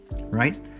right